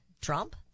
Trump